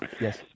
Yes